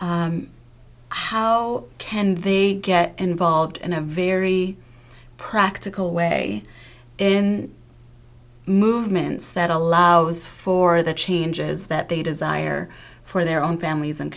how can they get involved in a very practical way in movements that allows for the changes that they desire for their own families and